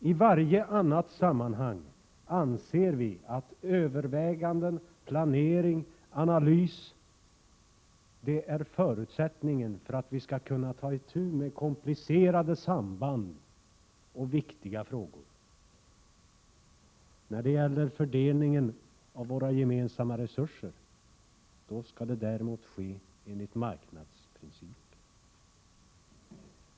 I varje annat sammanhang anser vi att överväganden, planering och analys är förutsättningen för att vi skall kunna ta itu med komplicerade samband och viktiga frågor. När det gäller fördelningen av våra gemensamma resurser skulle det däremot ske enligt marknadsprinciper.